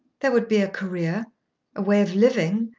there would be a career a way of living,